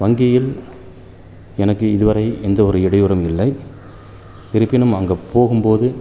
வங்கியில் எனக்கு இதுவரை எந்த ஒரு இடையூறும் இல்லை இருப்பினும் அங்கே போகும்போது